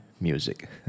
music